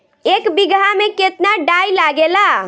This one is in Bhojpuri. एक बिगहा में केतना डाई लागेला?